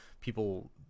people